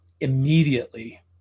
Immediately